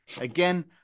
Again